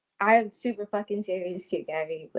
i am super fucking serious to gary.